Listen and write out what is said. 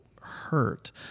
hurt